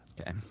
Okay